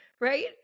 Right